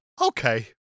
Okay